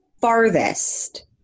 farthest